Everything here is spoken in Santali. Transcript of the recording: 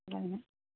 ᱪᱟᱞᱟᱜ ᱟᱹᱧ ᱦᱟᱜ